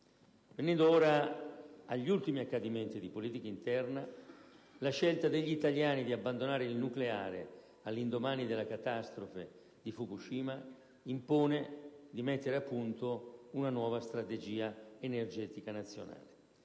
Venendo ora agli ultimi accadimenti di politica interna, la scelta degli italiani di abbandonare il nucleare, all'indomani della catastrofe di Fukushima, impone di mettere a punto una nuova strategia energetica nazionale.